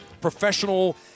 professional